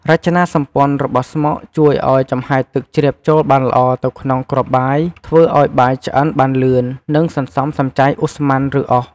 រចនាសម្ព័ន្ធរបស់ស្មុកជួយឲ្យចំហាយទឹកជ្រាបចូលបានល្អទៅក្នុងគ្រាប់បាយ ធ្វើឲ្យបាយឆ្អិនបានលឿន និងសន្សំសំចៃឧស្ម័ន ឬអុស។